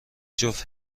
جفت